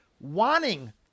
wanting